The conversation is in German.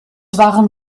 waren